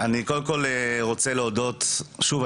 אני קודם כל רוצה להודות שוב,